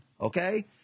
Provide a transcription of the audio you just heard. okay